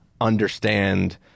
understand